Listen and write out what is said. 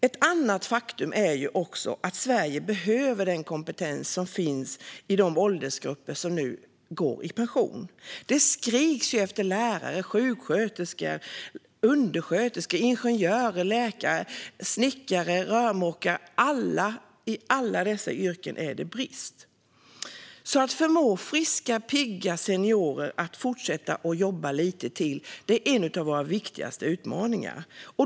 Ett annat faktum är att Sverige behöver den kompetens som finns i de åldersgrupper som nu går i pension. Det skriks efter lärare, sjuksköterskor, undersköterskor, ingenjörer, läkare, snickare och rörmokare. Inom alla dessa yrken råder det brist. Att förmå friska och pigga seniorer att fortsätta jobba lite till är en av våra viktigaste utmaningar.